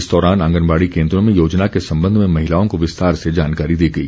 इस दौरान आंगनबाड़ी केन्द्रों में योजना के संबंध में महिलाओं को विस्तार से जानकारी दी गई